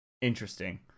interesting